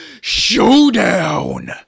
Showdown